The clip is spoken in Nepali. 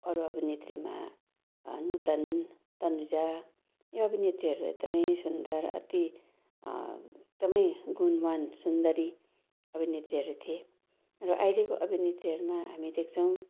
अरू अभिनेत्रीमा नुतन तनुजा यी अभिनेत्रीहरू एकदमै सुन्दर अति एकदमै गुणवान् सुन्दरी अभिनेत्रीहरू थिए र अहिलेको अभिनेत्रीहरूमा हामी देख्छौँ